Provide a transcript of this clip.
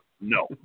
No